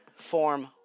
form